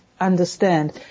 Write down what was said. understand